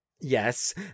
yes